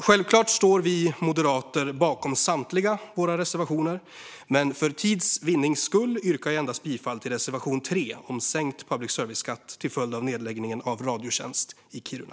Självklart står vi moderater bakom samtliga våra reservationer, men för tids vinnande yrkar jag bifall endast till reservation 3 om sänkt public service-skatt till följd av nedläggningen av Radiotjänst i Kiruna.